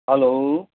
hello